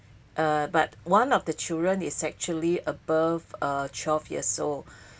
uh but one of the children is actually above uh twelve years old